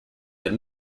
del